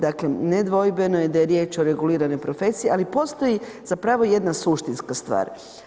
Dakle nedvojbeno je da je riječ o reguliranoj profesiji ali postoji zapravo jedna suštinska stvar.